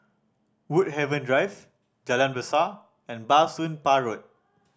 Woodhaven Drive Jalan Besar and Bah Soon Pah Road